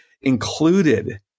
included